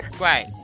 right